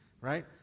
right